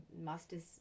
master's